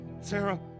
Sarah